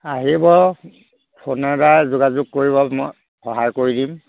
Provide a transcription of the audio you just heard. আহিব ফোনৰ দ্বাৰা যোগাযোগ কৰিব মই সহায় কৰি দিম